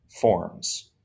forms